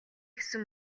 гэсэн